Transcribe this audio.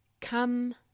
come